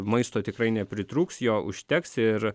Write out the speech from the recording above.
maisto tikrai nepritrūks jo užteks ir